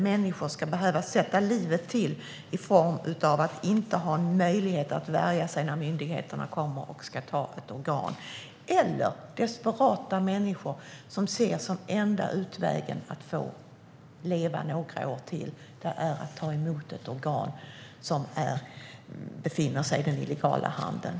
Människor ska inte behöva sätta livet till för att de inte har möjlighet att värja sig när myndigheterna kommer och ska ta ett organ - eller desperata människor som ser möjligheten att ta emot ett organ genom den illegala handeln som sin enda väg att få leva i några år till.